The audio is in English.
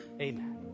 amen